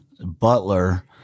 Butler